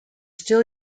still